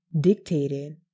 dictated